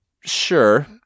Sure